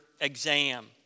exam